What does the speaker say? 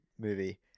movie